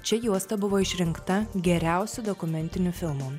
čia juosta buvo išrinkta geriausiu dokumentiniu filmu